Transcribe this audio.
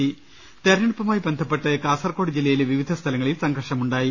് തെരഞ്ഞെടുപ്പുമായി ബന്ധപ്പെട്ട് കാസർക്കോട് ജില്ലയിലെ വിവിധ സ്ഥലങ്ങളിൽ സംഘർഷമുണ്ടായി